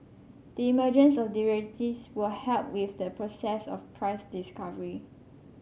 the emergence of derivatives will help with the process of price discovery